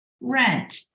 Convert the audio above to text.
rent